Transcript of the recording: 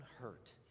hurt